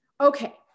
okay